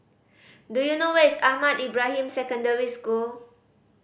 do you know where is Ahmad Ibrahim Secondary School